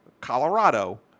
Colorado